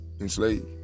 Enslaved